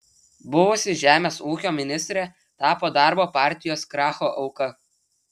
buvusi žemės ūkio ministrė tapo darbo partijos kracho auka